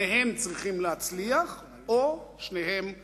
שניהם צריכים להצליח או שניהם נכשלים.